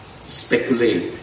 speculate